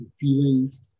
feelings